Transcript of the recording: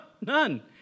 none